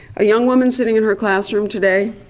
a young woman sitting in her classroom today,